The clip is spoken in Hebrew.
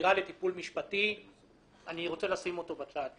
מעבירה לטיפול משפטי, אני רוצה לשים אותו בצד.